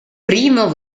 primo